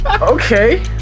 Okay